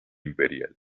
imperial